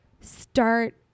start